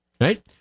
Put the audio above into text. Right